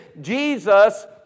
Jesus